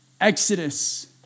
exodus